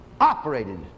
operated